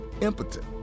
impotent